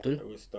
betul